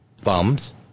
thumbs